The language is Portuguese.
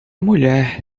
mulher